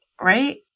Right